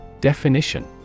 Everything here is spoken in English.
Definition